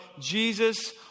Jesus